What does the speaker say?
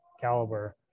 caliber